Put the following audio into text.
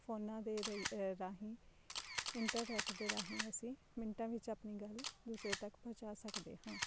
ਫ਼ੋਨਾਂ ਦੇ ਰ ਰਾਹੀਂ ਇੰਟਰਨੈੱਟ ਦੇ ਰਾਹੀਂ ਅਸੀਂ ਮਿੰਟਾਂ ਵਿੱਚ ਆਪਣੀ ਗੱਲ ਦੂਸਰੇ ਤੱਕ ਪਹੁੰਚਾ ਸਕਦੇ ਹਾਂ